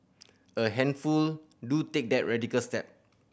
a handful do take that radical step